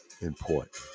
important